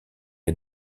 est